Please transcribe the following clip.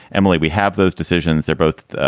emily, we have those decisions. they're both